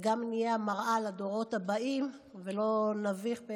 וגם נהיה המראה לדורות הבאים ולא נביך את